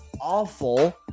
awful